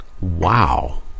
wow